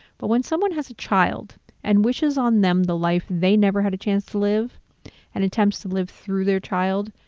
but when someone has a child and wishes on them the life they never had a chance to live and attempts to live through their child,